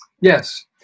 yes